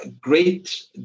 great